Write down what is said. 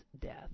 death